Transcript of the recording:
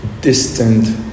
distant